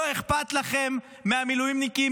לא אכפת לכם מהמילואימניקים,